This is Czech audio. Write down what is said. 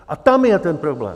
A tam je ten problém.